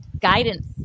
guidance